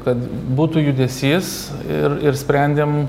kad būtų judesys ir ir sprendėm